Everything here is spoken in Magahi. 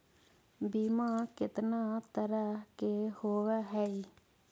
बीमा कितना तरह के होव हइ?